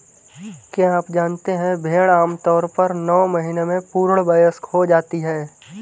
क्या आप जानते है भेड़ आमतौर पर नौ महीने में पूर्ण वयस्क हो जाती है?